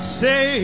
say